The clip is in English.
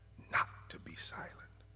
not to be silent,